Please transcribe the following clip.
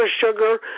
sugar